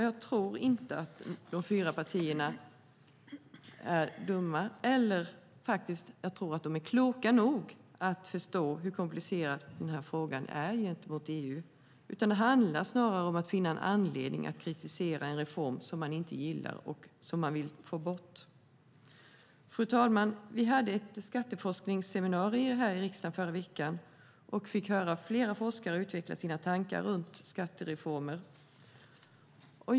Jag tror att de fyra oppositionspartierna är kloka nog att förstå hur komplicerad den här frågan är gentemot EU. Det handlar snarare om att finna en anledning att kritisera en reform som de inte gillar och vill få bort. Fru talman! Vi hade ett skatteforskningsseminarium i riksdagen i förra veckan och fick höra flera forskare utveckla sina tankar om skattereformer.